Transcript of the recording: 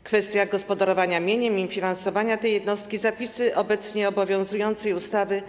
W kwestiach gospodarowania mieniem i finansowania tej jednostki zapisy obecnie obowiązującej ustawy